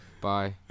Bye